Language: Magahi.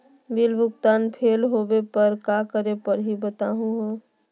बिल भुगतान फेल होवे पर का करै परही, बताहु हो?